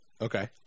Okay